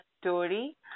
story